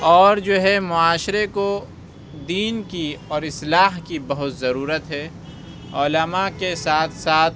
اور جو ہے معاشرے کو دین کی اور اِصلاح کی بہت ضرورت ہے علماء کے ساتھ ساتھ